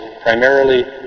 primarily